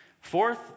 Fourth